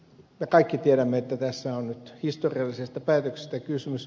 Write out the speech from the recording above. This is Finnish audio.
me kaikki tiedämme että tässä on nyt historiallisesta päätöksestä kysymys